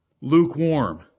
lukewarm